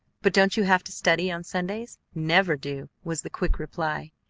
but don't you have to study on sundays? never do! was the quick reply.